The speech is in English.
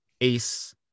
Ace